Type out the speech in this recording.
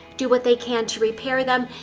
do what they can to repair them,